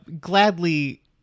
gladly